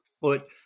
foot